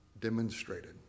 demonstrated